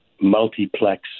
multiplex